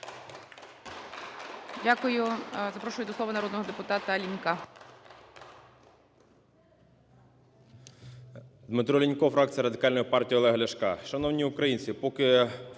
Дякую. Я запрошую до слова народного депутата Купрієнка.